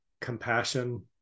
compassion